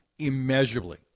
immeasurably